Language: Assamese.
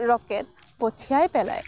ৰকেট পঠিয়াই পেলাই